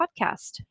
podcast